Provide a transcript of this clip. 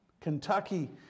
Kentucky